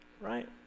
right